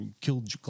Killed